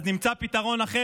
נמצא פתרון אחר.